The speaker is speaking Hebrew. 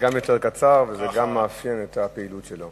כן, זה גם יותר קצר וגם מאפיין את הפעילות שלו